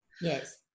Yes